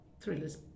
thrillers